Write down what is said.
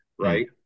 Right